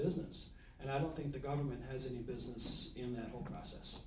business and i don't think the government has any business in that whole process